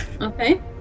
okay